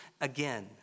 again